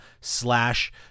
slash